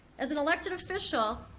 as an elected official,